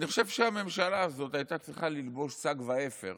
אני חושב שהממשלה הזאת הייתה צריכה ללבוש שק ואפר